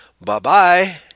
Bye-bye